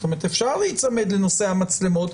זאת אומרת, אפשר להיצמד לנושא המצלמות.